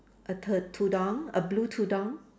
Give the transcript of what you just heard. a tud~ tudung a blue tudung